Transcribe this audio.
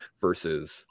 versus